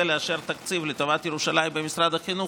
לאשר תקציב לטובת ירושלים במשרד החינוך,